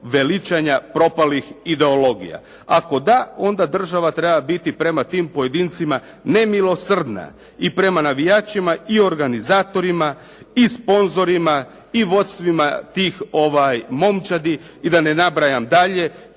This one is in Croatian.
veličanja propalih ideologija. Ako da, onda država treba biti prema tim pojedincima nemilosrdna i prema navijačima i organizatorima i sponzorima i vodstvima tih momčadi i da ne nabrajam dalje